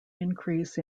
increase